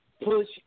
push